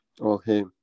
okay